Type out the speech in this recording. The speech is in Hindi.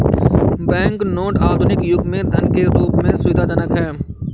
बैंक नोट आधुनिक युग में धन के रूप में सुविधाजनक हैं